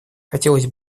хотел